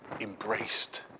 embraced